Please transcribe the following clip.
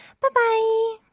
Bye-bye